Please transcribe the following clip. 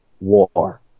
War